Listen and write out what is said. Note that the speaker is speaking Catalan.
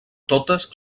totes